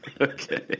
Okay